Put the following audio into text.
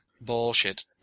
Bullshit